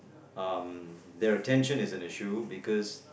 um their attention is an issue because